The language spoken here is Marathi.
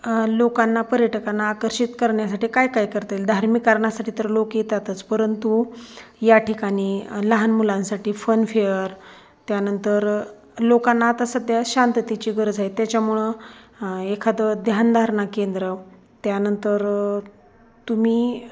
लोकांना पर्यटकांना आकर्षित करण्यासाठी काय काय करता येईल धार्मिक कारणासाठी तर लोक येतातच परंतु या ठिकाणी लहान मुलांसाठी फनफेअर त्यानंतर लोकांना आता सध्या शांततेची गरज आहे त्याच्यामुळं एखादं ध्यानधारणा केंद्र त्यानंतर तुम्ही